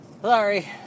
sorry